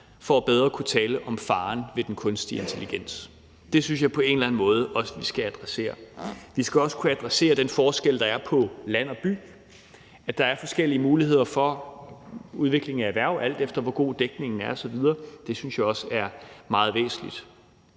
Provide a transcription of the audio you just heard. for bedre at kunne tale om faren ved den kunstige intelligens. Det synes jeg på en eller anden måde også vi skal adressere. Vi skal også kunne adressere den forskel, der er på land og by, at der er forskellige muligheder for udvikling af erhverv, alt efter hvor god dækningen er osv. Det synes jeg også er meget væsentligt.